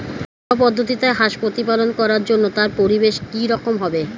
ঘরোয়া পদ্ধতিতে হাঁস প্রতিপালন করার জন্য তার পরিবেশ কী রকম হবে?